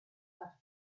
but